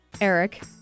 Eric